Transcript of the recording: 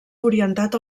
orientat